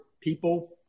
people